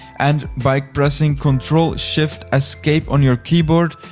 and by pressing control shift escape on your keyboard,